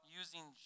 using